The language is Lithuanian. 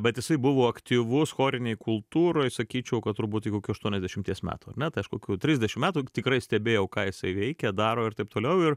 bet jisai buvo aktyvus chorinėj kultūroj sakyčiau kad turbūt iki kokių aštuoniasdešimties metų ar ne tai aš kokių trisdešim metų tikrai stebėjau ką jisai veikia daro ir taip toliau ir